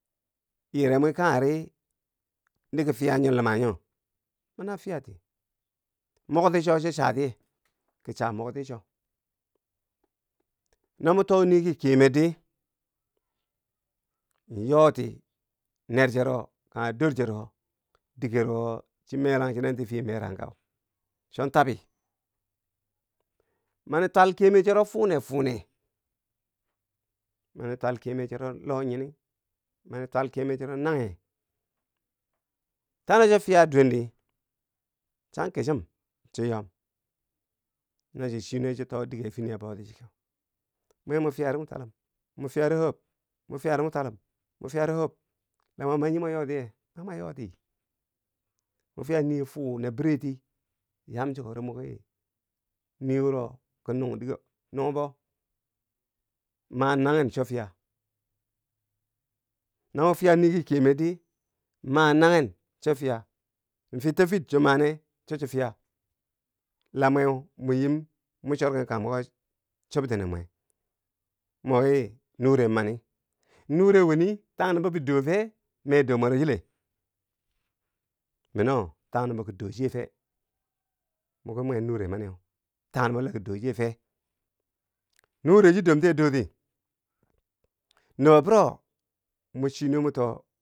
yire mwi kangheri di ki fiya nyo luma nyo, mana fiyati, mukti cho, cho chatiye, kicha mukti cho, no mo too nii ki kiyemerdi yooti ner chero kanghe dor chero, digero chi merang chinenti fiye merangka chontabi. mani twal kiyemer chero fune fune, mani twal kiyemer chero lo nyini, mani twal kyemerchero nanghe tano cho fiya dwendi chan kichim cho yom na cho chi nuwe cho too dige fini a bouti chike, mwe mo fiyari mo twallum, mo fiyari o- ob, mo fiyari mo twalum mo fiyari o- ob, lamo manghi mo yotiye? mwama yoti mo fiyanii fuu nabireti yam chikori mokii, nii wuro ki nung digewo, nung bo, ma nanghen cho fiya, na mo fiya nii ki kiyemerdi, ma nanghen cho fiya, futta fut cho mane cho, cho fiya, la mwe mo yimmo chorken kang mweko chubtini mwe, moki nure mami, nure wini, tangnumbo bi do fee mee dor dor mwero chile, minoo tangnumbo ki do che fee? moki mwe nure maniyeu, tangnumbo laki do chiye fe? nure chi domtiye doti, nubo buro mo chi nuwe mo too.